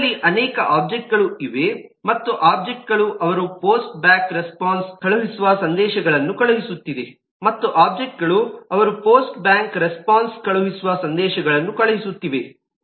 ನಮ್ಮಲ್ಲಿ ಅನೇಕ ಒಬ್ಜೆಕ್ಟ್ಗಳು ಇವೆ ಮತ್ತು ಒಬ್ಜೆಕ್ಟ್ಗಳು ಅವರು ಪೋಸ್ಟ್ ಬ್ಯಾಕ್ ರೆಸ್ಪಾನ್ಸ್ ಕಳುಹಿಸುವ ಸಂದೇಶಗಳನ್ನು ಕಳುಹಿಸುತ್ತಿವೆ